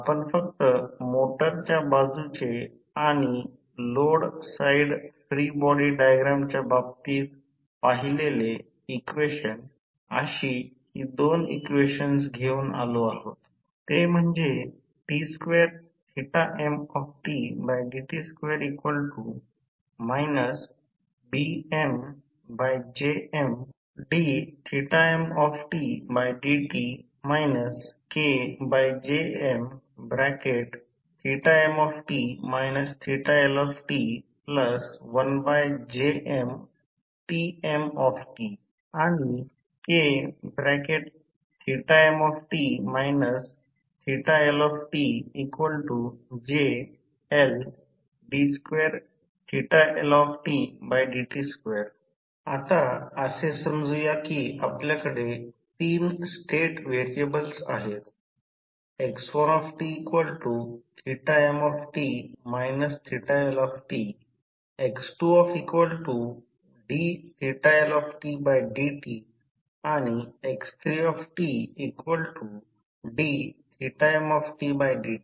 आपण फक्त मोटरच्या बाजूचे आणि लोड साइड फ्री बॉडी डायग्रामच्या बाबतीत पाहिलेले इक्वेशन अशी ही 2 इक्वेशन घेऊन आलो आहोत ते म्हणजे d2mdt2 BmJmdmtdt KJmmt Lt1JmTmt Kmt LJLd2Ldt2 आता असे समजू या की आपल्याकडे 3 स्टेट व्हेरिएबल्स आहेत x1tmt Ltx2tdLtdtआणि x3tdmdt